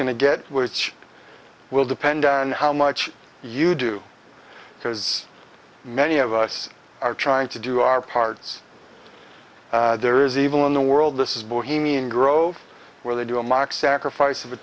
to get which will depend on how much you do because many of us are trying to do our parts there is evil in the world this is bohemian grove where they do a mock sacrifice of a